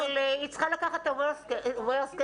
אבל היא צריכה לקחת את ה-worst case,